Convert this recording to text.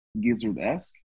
Gizzard-esque